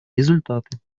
результаты